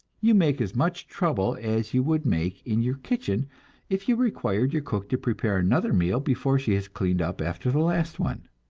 you make as much trouble as you would make in your kitchen if you required your cook to prepare another meal before she has cleaned up after the last one.